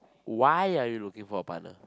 why are you looking for a partner